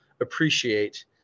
appreciate